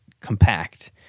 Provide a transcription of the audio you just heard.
compact